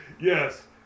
yes